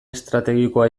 estrategikoa